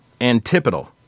Antipodal